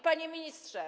Panie Ministrze!